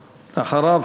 ואחריו,